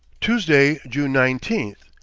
tuesday, june nineteen.